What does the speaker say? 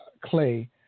Clay